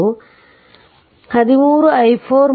ಮತ್ತು VThevenin 5 i4 5x1